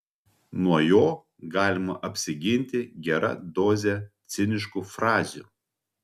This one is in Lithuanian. nuo jo galima apsiginti gera doze ciniškų frazių